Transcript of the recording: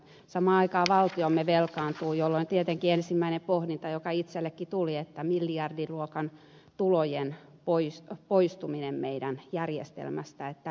samaan aikaan valtiomme velkaantuu jolloin tietenkin on ensimmäinen pohdinta joka itsellenikin tuli miksi tarvitaan tällainen miljardiluokan tulojen poistuminen meidän järjestelmästämme